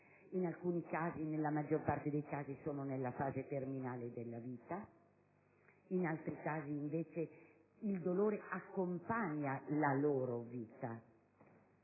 di dolore, nella maggior parte dei casi solo nella fase terminale della vita (in altri casi, invece, il dolore accompagna la loro vita).